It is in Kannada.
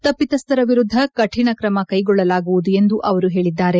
ತಪ್ಪಿತಸ್ಥರ ವಿರುದ್ಧ ಕಾಣ ಕ್ರಮ ಕೈಗೊಳ್ಳಲಾಗುವುದು ಎಂದು ಅವರು ಹೇಳಿದ್ದಾರೆ